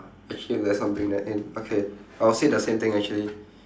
actually let's not bring that in okay I will say the same thing actually